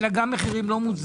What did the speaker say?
אלא גם מחירים לא מוצדקים.